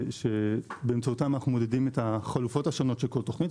אמיתיים שבאמצעותם אנחנו מודדים את החלופות השונות של כל תוכנית,